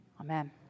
Amen